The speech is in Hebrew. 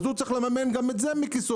אז הוא צריך לממן גם את זה מכיסו,